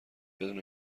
بدون